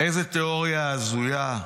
איזו תיאוריה הזויה,